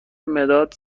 مداد